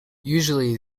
usually